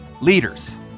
Leaders